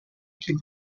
kill